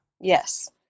Yes